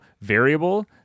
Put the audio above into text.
variable